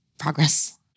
progress